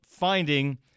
finding